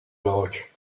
maroc